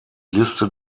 liste